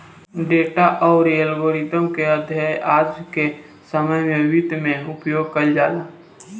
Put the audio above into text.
data अउरी algorithm के अध्ययन आज के समय में वित्त में उपयोग कईल जाला